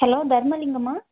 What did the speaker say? hello தர்மலிங்கமா